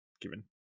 given